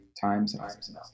times